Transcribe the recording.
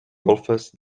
golfes